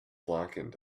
blackened